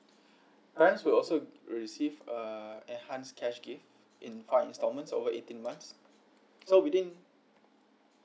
parents will also receive uh enhance cash gift in front instalment over eighteen months so within